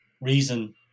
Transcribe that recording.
reason